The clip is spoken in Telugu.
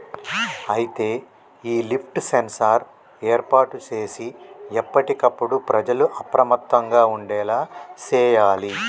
అయితే ఈ లిఫ్ట్ సెన్సార్ ఏర్పాటు సేసి ఎప్పటికప్పుడు ప్రజల అప్రమత్తంగా ఉండేలా సేయాలి